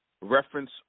reference